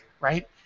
right